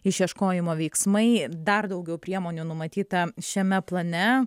išieškojimo veiksmai dar daugiau priemonių numatyta šiame plane